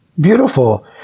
Beautiful